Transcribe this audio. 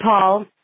Paul